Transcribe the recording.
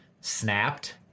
snapped